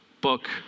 book